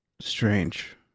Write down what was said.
Strange